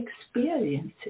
experiences